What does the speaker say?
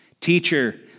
Teacher